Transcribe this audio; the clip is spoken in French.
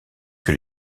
que